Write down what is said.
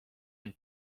can